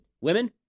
women